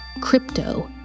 crypto